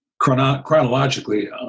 chronologically